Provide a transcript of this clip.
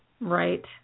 Right